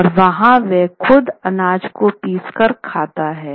और वहां वह खुद अनाज को पीसकर खाता है